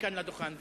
לדוכן,